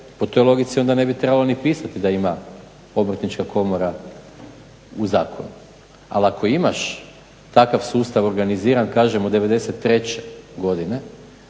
po toj logici onda ne bi trebalo ni pisati da ima Obrtnička komora u zakonu. Ali ako imaš takav sustav organiziran kažem od '93. godine